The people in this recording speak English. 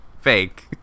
fake